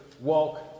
walk